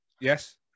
Yes